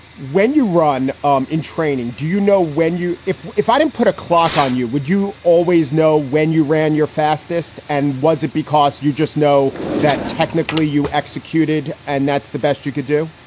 when you run um in training, do you know when you if. if i didn't put a clock on you, would you always know when you ran your fastest? and was it because you just know that technically you executed and that's the best you could do?